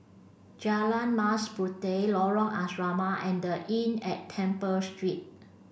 Jalan Mas Puteh Lorong Asrama and The Inn at Temple Street